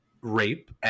rape